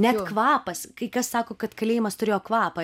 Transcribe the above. net kvapas kai kas sako kad kalėjimas turėjo kvapą